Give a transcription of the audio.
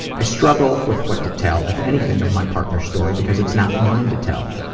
i struggle with what to tell, if anything, of my partner's story because it's not mine to tell,